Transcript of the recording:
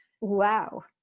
Wow